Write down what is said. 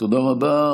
תודה רבה.